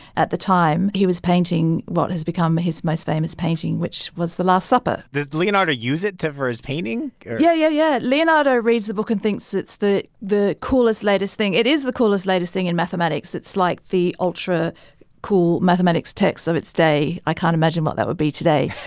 at the time, he was painting what has become ah his most famous painting, which was the last supper. does leonardo use it to for his painting yeah yeah, yeah, leonardo reads the book and thinks it's the the coolest, latest thing. it is the coolest, latest thing in mathematics. it's like the ultracool mathematics text of its day. i can't imagine what that would be today